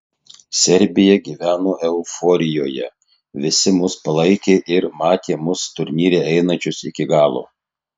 serbija gyveno euforijoje visi mus palaikė ir matė mus turnyre einančius iki galo